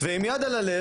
ועם יד על הלב,